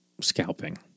scalping